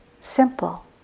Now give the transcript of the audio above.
simple